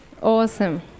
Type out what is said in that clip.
Awesome